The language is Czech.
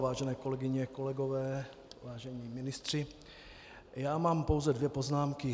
Vážené kolegyně, kolegové, vážení ministři, já mám pouze dvě poznámky.